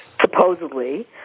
supposedly